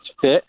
fit